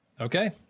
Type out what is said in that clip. Okay